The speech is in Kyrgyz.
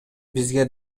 бизге